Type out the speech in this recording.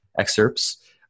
excerpts